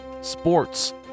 sports